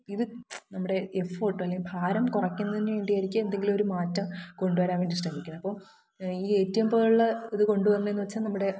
ഇത് നമ്മുടെ എഫ്ഫ്ഓട്ടു അല്ലെങ്കിൽ ഭാരം കുറയ്ക്കുന്നതിന് വേണ്ടിയായിരിയ്ക്കും എന്തെങ്കിലും ഒരു മാറ്റം കൊണ്ടുവരാൻ വേണ്ടി ശ്രമിയ്ക്കുക അപ്പം ഈ ഏ റ്റി എം പോലുള്ള ഇത് കൊണ്ടുവന്നതിന്ന് വെച്ച നമ്മുടെ